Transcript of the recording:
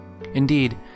Indeed